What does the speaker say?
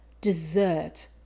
dessert